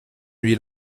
nuit